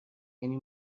یعنی